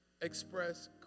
express